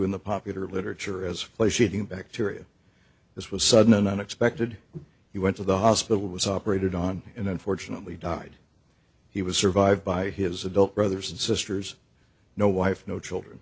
in the popular literature as flesh eating bacteria this was sudden and unexpected he went to the hospital was operated on and unfortunately died he was survived by his adult brothers and sisters no wife no children